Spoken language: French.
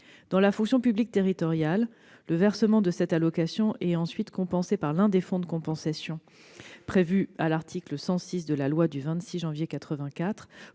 Dans la fonction publique territoriale, le versement de cette allocation est ensuite compensé par l'un des fonds de compensation prévus notamment à l'article 106 de la loi du 26 janvier 1984